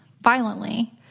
violently